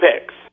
picks